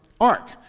ark